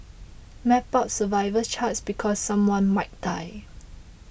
map out survival charts because someone might die